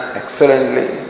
excellently